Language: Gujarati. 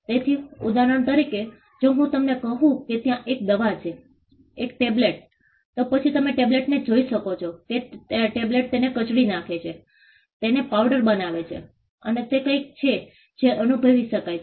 તેથી ઉદાહરણ તરીકે જો હું તમને કહું છું કે ત્યાં એક દવા છે એક ટેબ્લેટ તો પછી તમે ટેબ્લેટને જોઈ શકો છો કે ટેબ્લેટ તેને કચડી નાખે છે તેને પાવડર બનાવે છે અને તે કંઈક છે જે અનુભવી શકાય છે